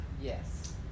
Yes